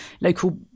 local